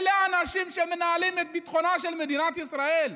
אלה האנשים שמנהלים את ביטחונה של מדינת ישראל.